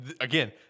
again